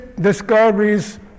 discoveries